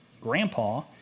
grandpa